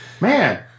Man